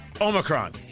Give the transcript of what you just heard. Omicron